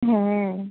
হ্যাঁ